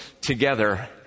together